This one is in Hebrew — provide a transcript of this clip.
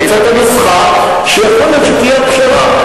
נמצא את הנוסחה שיכול להיות שתהיה הפשרה,